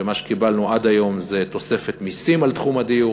כשמה שקיבלנו עד היום זה תוספת מסים על סכום הדיור.